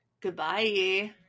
Goodbye